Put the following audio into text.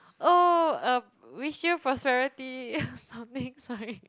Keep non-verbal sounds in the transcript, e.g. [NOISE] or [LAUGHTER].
oh um wish you prosperity [LAUGHS] something sorry